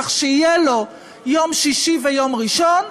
כך שיהיו לו יום שישי ויום ראשון,